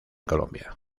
colombia